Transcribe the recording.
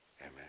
Amen